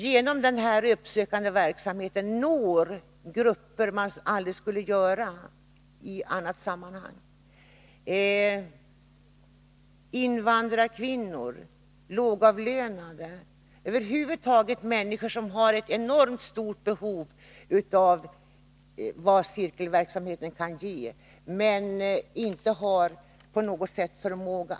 Genom den uppsökande verksamheten når man grupper som man annars inte skulle nå: invandrarkvinnor, lågavlönade, över huvud taget människor som har ett enormt stort behov av det som cirkelverksamheten kan ge, men som inte själva kan skaffa sig utbildningen.